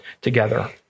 together